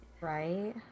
Right